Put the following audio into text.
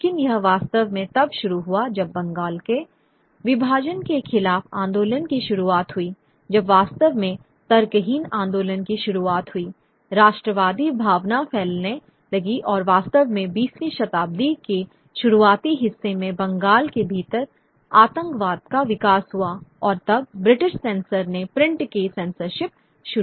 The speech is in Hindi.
लेकिन यह वास्तव में तब शुरू हुआ जब बंगाल के विभाजन के खिलाफ आंदोलन की शुरुआत हुई जब वास्तव में तर्कहीन आंदोलन की शुरुआत हुई राष्ट्रवादी भावना फैलने लगी और वास्तव में 20वीं शताब्दी के शुरुआती हिस्से में बंगाल के भीतर आतंकवाद का विकास हुआ और तब ब्रिटिश सेंसर ने प्रिंट की सेंसरशिप शुरू की